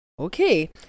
Okay